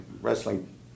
wrestling